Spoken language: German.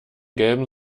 gelben